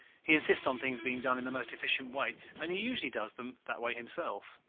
he insists on things being done in the most efficient way and he usually does them that way himself.